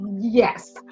Yes